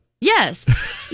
Yes